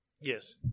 Yes